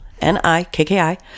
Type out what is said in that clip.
N-I-K-K-I